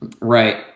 Right